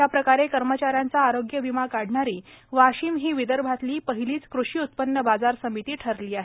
अशा प्रकारे कर्मचाऱ्यांना आरोग्य विमा काढणारी वाशिम ही विदर्भातील पहिलीच कृषी उत्पन्न बाजर समिती ठरली आहे